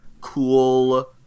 cool